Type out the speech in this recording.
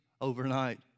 overnight